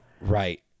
Right